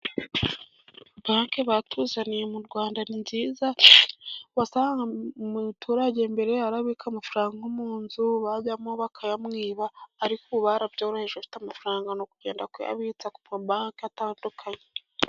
Banki batuzaniye mu Rwanda ni nziza. Wasangaga umuturage mbere abika amafaranga nko mu nzu, bajyamo bakayamwiba. Ariko ubu barabyoroheje, abafite amafaranga ni ukugenda ukayabitsa ku mabanki atandukanye.